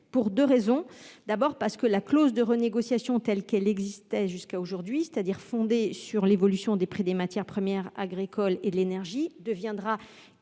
pour deux raisons. D'une part, la clause de renégociation telle qu'elle existe aujourd'hui, c'est-à-dire fondée sur l'évolution du prix des matières premières agricoles et de l'énergie, deviendra